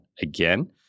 again